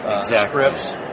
Scripts